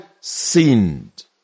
sinned